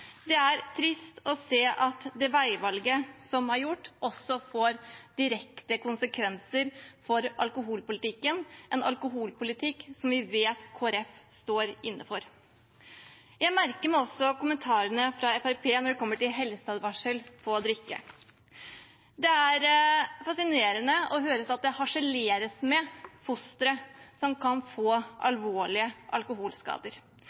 Det er trist å se at det veivalget som er gjort, også får direkte konsekvenser for alkoholpolitikken, en alkoholpolitikk som vi vet at Kristelig Folkeparti står inne for. Jeg merker meg også kommentarene fra Fremskrittspartiet når det kommer til helseadvarsler på drikkevarer. Det er fascinerende å høre at det harseleres med foster som kan få alvorlige alkoholskader.